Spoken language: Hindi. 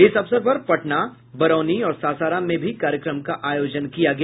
इस अवसर पर पटना बरौनी और सासाराम में भी कार्यक्रम का आयोजन किया गया